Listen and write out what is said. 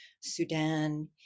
Sudan